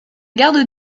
garde